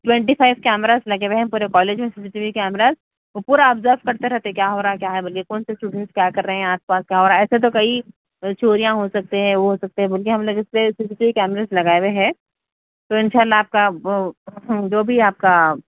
twenty five cameras لگے ہوئے ہیں پورے کالج میں C C T V cameras وہ پورا آبزرو کرتے رہتے کیا ہو رہا کیا ہے بلکہ کون سے اسٹوڈنٹ کیا کر رہے ہیں آس پاس کیا ہو رہا ہے ایسے تو کئی چوریاں ہو سکتے ہیں وہ ہو سکتے ہیں بول کے ہم لوگ اِس لیے C C T V cameras لگائے ہوئے ہیں تو اِنشاء اللہ آپ کا جو بھی آپ کا